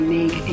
make